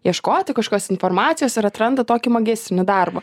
ieškoti kažkokios informacijos ir atranda tokį magistrinį darbą